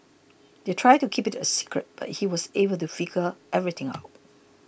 they tried to keep it a secret but he was able to figure everything out